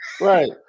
Right